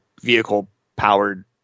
vehicle-powered